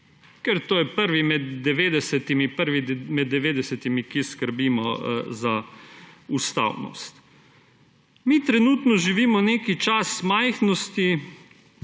Ker je to prvi med devetdesetimi, ki skrbimo za ustavnost. Mi trenutno živimo neki čas majhnosti,